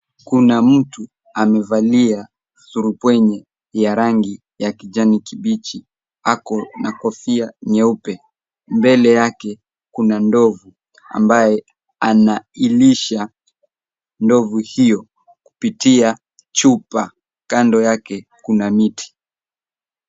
Kuna mtu amevalia surupwenye ya rangi ya kijani kibichi ako na kofia nyeupe. Mbele yake kuna ndovu ambaye anailisha ndovu hiyo kupitia chupa. Kando yake kuna miti.